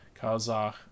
Kazakh